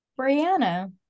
Brianna